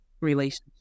relationship